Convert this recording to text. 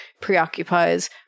preoccupies